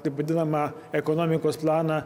taip vadinamą ekonomikos planą